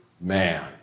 man